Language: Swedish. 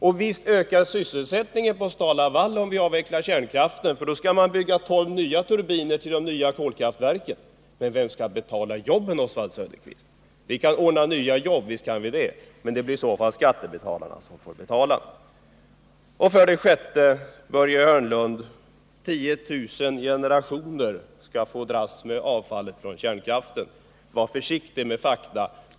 Och visst ökar sysselsättningen på STAL-LAVAL om vi avvecklar kärnkraften. Då skall man bygga tolv nya turbiner till de nya kolkraftverken. Men vem skall betala jobben, Oswald Söderqvist? Visst kan vi ordna nya jobb, men det blir i så fall skattebetalarna som får betala. 6. 10000 generationer får dras med avfallet från kärnkraften, sade Börje Hörnlund. Var försiktig med fakta!